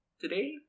today